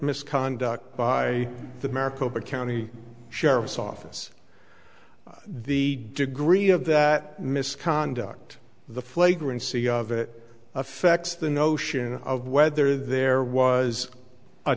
misconduct by the maricopa county sheriff's office the degree of that misconduct the flagrant c of it affects the notion of whether there was a